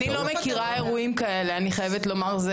אני לא מכירה אירועים כאלה, אני חייבת לומר.